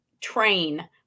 train